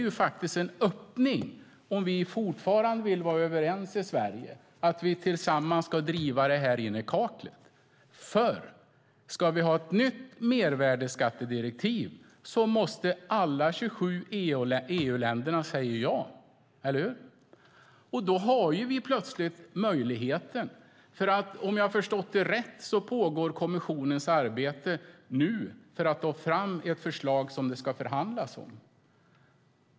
Om vi i Sverige fortfarande vill vara överens om att tillsammans driva frågan ända in i kaklet finns här plötsligt en öppning. Om vi ska ha ett nytt mervärdesskattedirektiv måste nämligen alla 27 EU-länder säga ja - eller hur? Därmed har vi med ens en möjlighet. Om jag förstått detta rätt pågår nu ett arbete i kommissionen med att ta fram ett förslag som det sedan ska förhandlas om.